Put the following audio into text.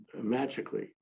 magically